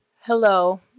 Hello